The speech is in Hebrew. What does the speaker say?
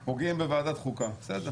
חוקים בוועדת החוקה, בסדר.